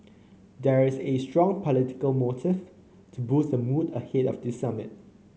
there is a strong political motive to boost the mood ahead of the summit